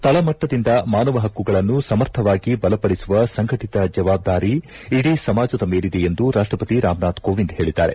ತಳಮಟ್ಟದಿಂದ ಮಾನವ ಪಕ್ಕುಗಳನ್ನು ಸಮರ್ಥವಾಗಿ ಬಲಪಡಿಸುವ ಸಂಘಟಿತ ಜವಾಬ್ದಾರಿ ಇಡೀ ಸಮಾಜದ ಮೇಲಿದೆ ಎಂದು ರಾಷ್ಲಪತಿ ರಾಮನಾಥ ಕೋವಿಂದ್ ಹೇಳಿದ್ದಾರೆ